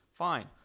Fine